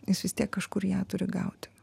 jis vis tiek kažkur ją turi gauti